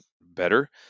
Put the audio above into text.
better